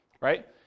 right